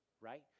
right